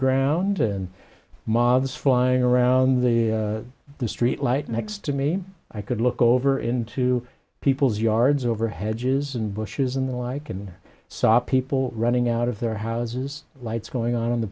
ground and mobs flying around the the streetlight next to me i could look over into people's yards over hedges and bush isn't like and saw people running out of their houses lights going on on the